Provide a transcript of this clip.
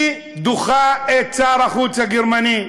היא דוחה את שר החוץ הגרמני,